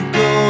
go